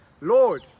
Lord